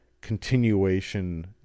continuation